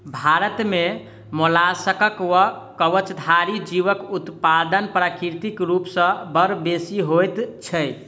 भारत मे मोलास्कक वा कवचधारी जीवक उत्पादन प्राकृतिक रूप सॅ बड़ बेसि होइत छै